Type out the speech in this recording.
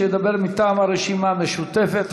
שידבר מטעם הרשימה המשותפת,